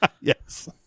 Yes